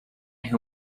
who